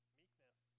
meekness